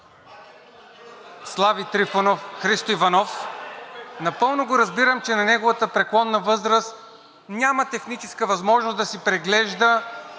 Слави Трифонов, Христо Иванов (шум и реплики), напълно разбирам, че на неговата преклонна възраст няма техническа възможност да си преглежда